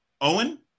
Owen